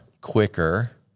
quicker